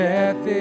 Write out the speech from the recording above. Death